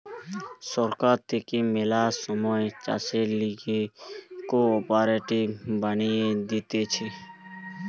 সরকার থাকে ম্যালা সময় চাষের লিগে কোঅপারেটিভ বানিয়ে দিতেছে